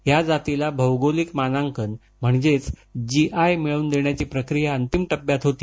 या जातीला भौगोलिक मानांकन म्हणजेच जीआय मिळवून देण्याची प्रक्रिया अंतिम टप्प्यात होती